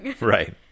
Right